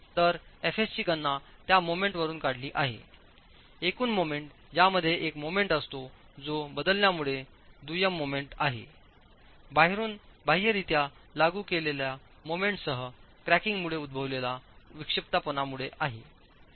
तरfsची गणना त्या मोमेंट वरून काढली आहे एकूण मोमेंट ज्यामध्ये एक मोमेंट असतो जो बदलण्यामुळे दुय्यम मोमेंट आहेबाहेरून बाह्यरित्या लागू केलेल्या मोमेंट सह क्रॅकिंगमुळे उद्भवलेल्या विक्षिप्तपणा मुळे आहे